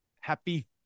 Happy